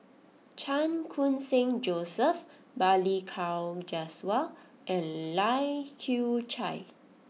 Chan Khun Sing Joseph Balli Kaur Jaswal and Lai Kew Chai